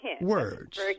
words